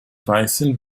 weißen